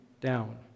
down